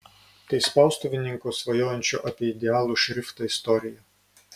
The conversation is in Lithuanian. tai spaustuvininko svajojančio apie idealų šriftą istorija